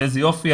ואיזה יופי,